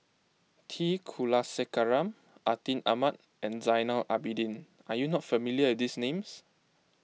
T Kulasekaram Atin Amat and Zainal Abidin are you not familiar with these names